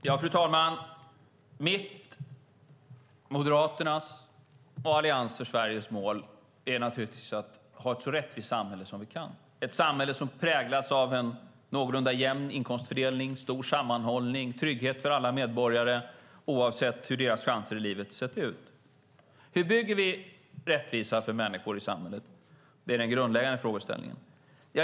Fru talman! Mitt, Moderaternas och Allians för Sveriges mål är naturligtvis att ha ett så rättvist samhälle som det går. Det ska vara ett samhälle som präglas av en någorlunda jämn inkomstfördelning, stor sammanhållning och trygghet för alla medborgare oavsett hur deras chanser i livet har sett ut. Hur bygger vi rättvisa för människor i samhället? Det är den grundläggande frågan.